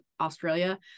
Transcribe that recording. Australia